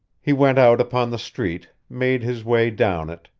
he went out upon the street, made his way down it,